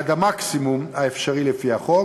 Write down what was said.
עד המקסימום האפשרי לפי החוק,